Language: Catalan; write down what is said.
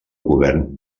govern